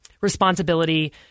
responsibility